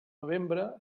novembre